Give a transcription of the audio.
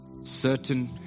certain